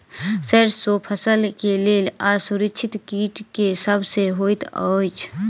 सैरसो फसल केँ लेल असुरक्षित कीट केँ सब होइत अछि?